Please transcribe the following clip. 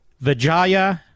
Vijaya